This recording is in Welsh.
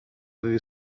ddydd